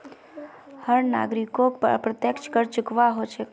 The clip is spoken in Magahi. हर नागरिकोक अप्रत्यक्ष कर चुकव्वा हो छेक